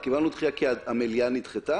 קיבלנו דחייה כי המליאה נדחתה?